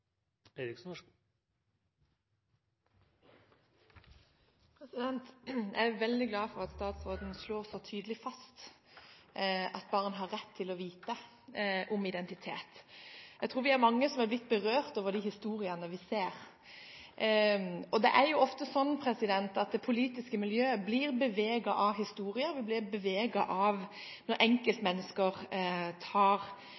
Jeg er veldig glad for at statsråden slår så tydelig fast at barn har rett til å vite sin identitet. Jeg tror vi er mange som er blitt berørt av de historiene vi ser. Det er jo ofte sånn at det politiske miljøet blir beveget av historier, vi blir beveget når enkeltmennesker tar